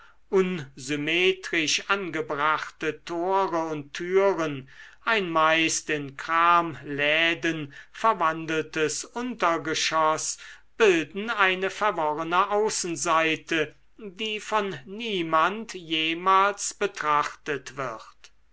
angebrachte tore und türen ein meist in kramläden verwandeltes untergeschoß bilden eine verworrene außenseite die von niemand jemals betrachtet wird